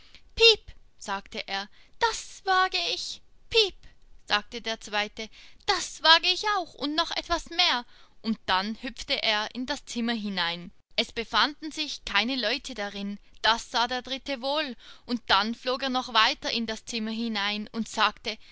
piep sagte er das wage ich piep sagte der zweite das wage ich auch und noch etwas mehr und dann hüpfte er in das zimmer hinein es befanden sich keine leute darin das sah der dritte wohl und dann flog er noch weiter in das zimmer hinein und sagte